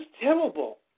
terrible